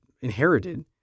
inherited